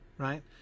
Right